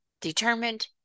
Determined